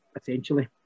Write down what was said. essentially